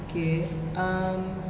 okay um